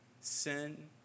sin